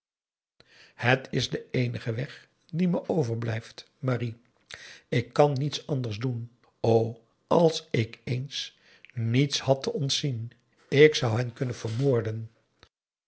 het is de eenige weg die me overblijft marie ik kan niets anders doen o als ik eens niets had te ontzien ik zou hen kunnen vermoorden